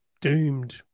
doomed